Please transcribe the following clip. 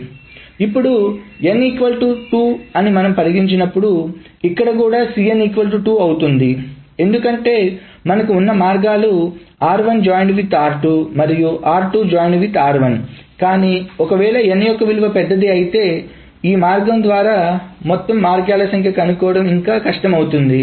ఇప్పుడు n2 అని మనం పరిగణించి నప్పుడు ఇక్కడ కూడా Cn2 అవుతుంది ఎందుకంటే మనకి ఉన్న మార్గాలు మరియు కానీ ఒకవేళ n యొక్క విలువ పెద్దది అయితే ఈ మార్గం ద్వారా మొత్తం మార్గాల సంఖ్య కనుక్కోవడం ఇంకా కష్టం అవుతుంది